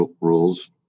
rules